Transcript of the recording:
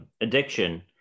addiction